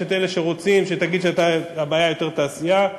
יש אלה שרוצים שתגיד שהבעיה היא יותר תעשייה,